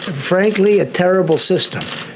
frankly, a terrible system.